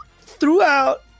throughout